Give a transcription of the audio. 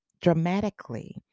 dramatically